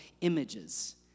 images